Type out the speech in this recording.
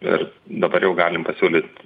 ir dabar jau galim pasiūlyt